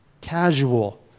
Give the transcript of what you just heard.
casual